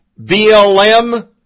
BLM